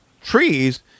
trees